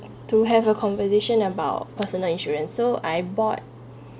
to have a conversation about personal insurance so I bought